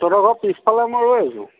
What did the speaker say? তহঁতৰ ঘৰৰ পিছফালে মই ৰৈ আছো